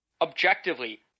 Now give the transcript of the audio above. objectively